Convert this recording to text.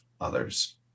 Others